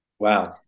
Wow